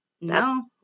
No